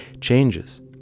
changes